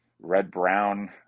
red-brown